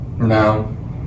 No